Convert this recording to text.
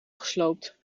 gesloopt